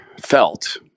felt